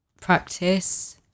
practice